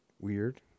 weird